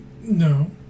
No